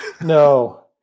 No